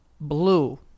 Blue